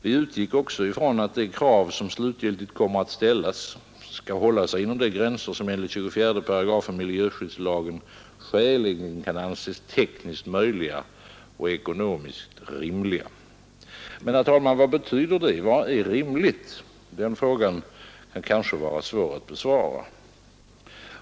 Vi utgick också från att 16 maj 1972 de krav som slutgiltigt kommer att ställas skall hålla sig inom de gränser ——— se som enligt 24 § miljöskyddslagen skäligen kan anses tekniskt möjliga och Skydd mot luftförekonomiskt rimliga. renen Men, herr talman, vad betyder det? Vad är rimligt? Den frågan kan kanske vara svårbesvarad.